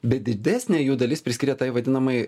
bet didesnė jų dalis priskyrė tai vadinamai